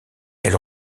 elle